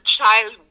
child